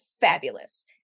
fabulous